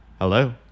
Hello